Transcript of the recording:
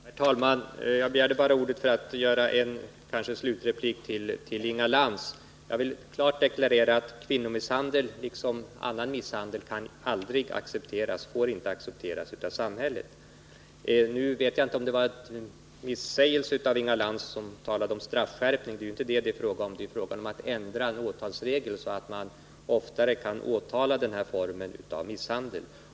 Herr talman! Jag begärde ordet för att ge en slutreplik till Inga Lantz. Jag vill klart deklarera att kvinnomisshandel, liksom annan misshandel, aldrig får accepteras av samhället. Nu vet jag inte om det var en felsägning när Inga Lantz talade om straffskärpning. Det är ju inte det som det är fråga om. Det är fråga om att ändra en åtalsregel, så att man oftare kan åtala när det gäller den här formen av misshandel.